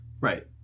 Right